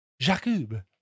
Jacob